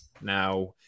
Now